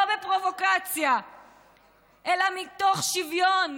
לא בפרובוקציה אלא מתוך שוויון,